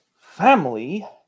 family